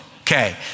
Okay